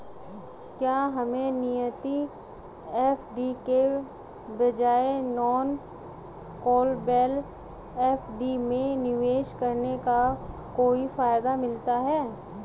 क्या हमें नियमित एफ.डी के बजाय नॉन कॉलेबल एफ.डी में निवेश करने का कोई फायदा मिलता है?